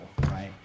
right